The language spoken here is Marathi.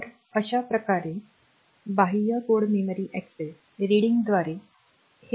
तर अश्याप्रकारे बाह्य कोड मेमरी अक्सेस रीडिंगद्वारे हे संपूर्ण ऑपरेशन केले जाते